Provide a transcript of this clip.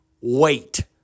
wait